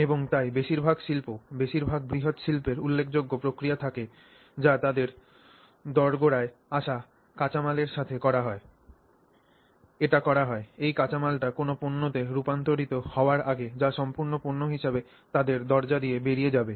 এবং তাই বেশিরভাগ শিল্প বেশিরভাগ বৃহৎ শিল্পের উল্লেখযোগ্য প্রক্রিয়া থাকে যা তাদের দোরগোড়ায় আসা কাঁচামালের সাথে করা হয় এটি করা হয় এই কাঁচামালটি কোনও পণ্যতে রূপান্তরিত হওয়ার আগে যা সম্পূর্ণ পণ্য হিসাবে তাদের দরজা দিয়ে বেরিয়ে যাবে